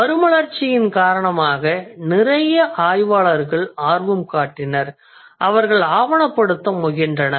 மறுமலர்ச்சியின் காரணமாக நிறைய ஆய்வாளர்கள் ஆர்வம் காட்டினர் அவர்கள் ஆவணப்படுத்த முயன்றனர்